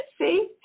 See